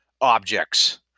objects